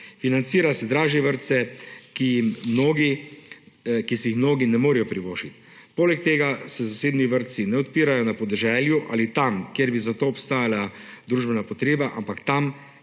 financira se dražje vrtce, ki si jih mnogi ne morejo privoščiti. Poleg tega se zasebni vrtci ne odpirajo na podeželju ali tam, kjer bi za to obstajala družbena potreba, ampak tam,